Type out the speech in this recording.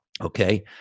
okay